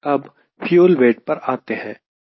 अब fuel weight पर आते हैं